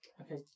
Okay